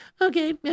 Okay